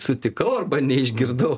sutikau arba neišgirdau